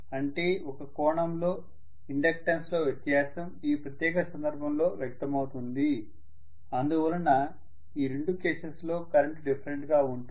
అంటే ఒక కోణంలో ఇండక్టెన్స్లో వ్యత్యాసం ఈ ప్రత్యేక సందర్భంలో వ్యక్తమవుతుంది అందువలన ఈ రెండు కేసెస్ లో కరెంటు డిఫరెంట్ గా ఉంటుంది